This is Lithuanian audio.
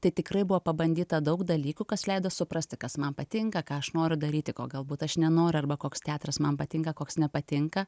tai tikrai buvo pabandyta daug dalykų kas leido suprasti kas man patinka ką aš noriu daryti ko galbūt aš nenoriu arba koks teatras man patinka koks nepatinka